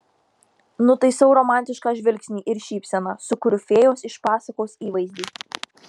nutaisau romantišką žvilgsnį ir šypseną sukuriu fėjos iš pasakos įvaizdį